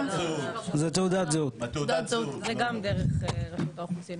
לא, זה גם דרך הרשות האוכלוסין.